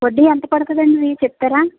వడ్డీ ఎంత పడుతుంది అండి చెప్తారా